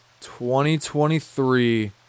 2023